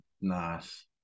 Nice